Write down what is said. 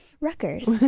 Rutgers